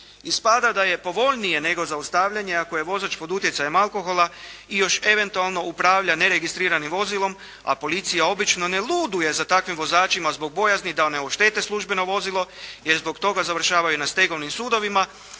Ispada da je povoljnije nego zaustavljanje ako je vozač pod utjecajem alkohola i još eventualno upravlja neregistriranim vozilom a policija obično ne luduje za takvim vozačima zbog bojazni da ne oštete službeno vozilo jer zbog toga završavaju na stegovnim sudovima,